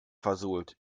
versohlt